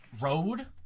road